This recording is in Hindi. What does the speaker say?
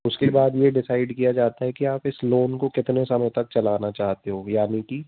उसके बाद ये डिसाइड किया जाता है कि आप इस लोन को कितने समय तक चलाना चाहते हो यानी कि